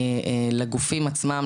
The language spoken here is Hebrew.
לגופים עצמם,